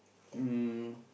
um